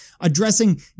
addressing